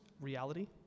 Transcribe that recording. reality